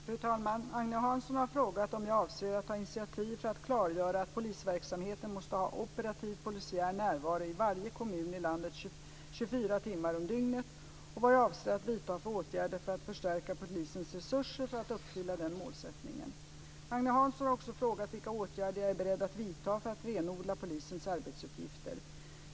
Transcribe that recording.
Fru talman! Agne Hansson har frågat om jag avser att ta initiativ för att klargöra att polisverksamheten måste ha operativ polisiär närvaro i varje kommun i landet 24 timmar om dygnet, och vad jag avser att vidta för åtgärder för att förstärka polisens resurser för att uppfylla den målsättningen. Agne Hansson har också frågat vilka åtgärder jag är beredd att vidta för att renodla polisens arbetsuppgifter.